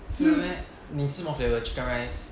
真的 meh 你吃什么 flavour chicken rice